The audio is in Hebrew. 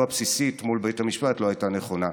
הבסיסית מול בית המשפט לא הייתה נכונה.